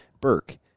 Burke